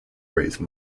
raise